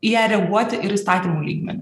į ją reaguoti ir įstatymų lygmeniu